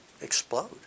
explode